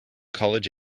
college